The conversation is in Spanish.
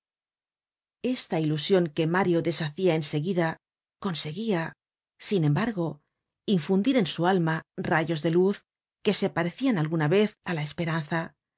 esfa ilusion que mario deshacia en seguida conseguia sin embai go infundir en su alma rayos de luz que se parecian alguna vez á la esperanza